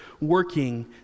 working